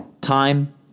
time